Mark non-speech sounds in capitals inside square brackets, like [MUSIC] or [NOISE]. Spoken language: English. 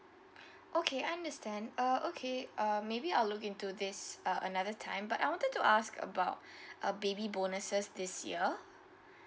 okay I understand uh okay um maybe I'll look into this uh another time but I wanted to ask about [BREATH] a baby bonuses this year